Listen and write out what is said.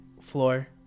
floor